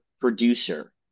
producer